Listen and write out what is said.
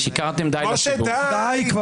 שיקרתם דיי לציבור.